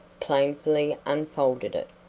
painfully unfolded it.